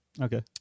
okay